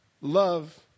love